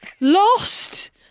Lost